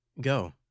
Go